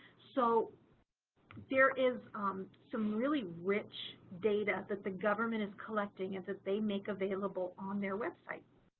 so there is some really rich data that the government is collecting and that they make available on their websites.